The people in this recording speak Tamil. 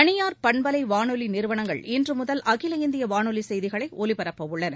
தனியார் பண்பலை வானொலி நிறுவனங்கள் இன்றுமுதல் அகில இந்திய வானொலி செய்திகளை ஒலிபரப்ப உள்ளன